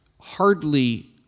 hardly